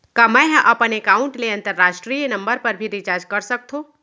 का मै ह अपन एकाउंट ले अंतरराष्ट्रीय नंबर पर भी रिचार्ज कर सकथो